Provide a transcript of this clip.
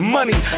Money